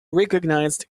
recognised